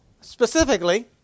specifically